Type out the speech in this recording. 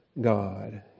God